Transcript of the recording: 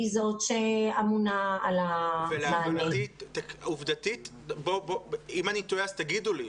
היא זאת שאמונה על ה -- הבנתי ואם אני טועה אז תגידו לי.